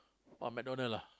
!wah! McDonald ah